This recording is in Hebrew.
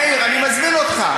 מאיר, אני מזמין אותך.